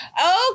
Okay